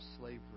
slavery